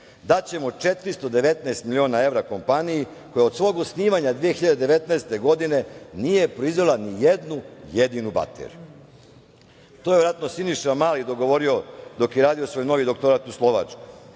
Daćemo 419 miliona evra kompaniji koja od svog osnivanja 2019. godine nije proizvela nijednu jedinu bateriju. To je verovatno Siniša Mali dogovorio dok je radio svoj novi doktorat u Slovačkoj